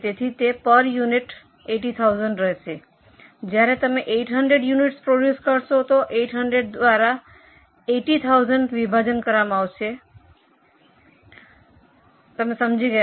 તેથી તે પર યુનિટ 80000 રહેશે જ્યારે તમે 800 યુનિટસ પ્રોડ્યૂસ કરશો તો 800 દ્વારા 80000 વિભાજન કરવામાં આવશે તમે સમજી ગયા